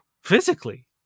physically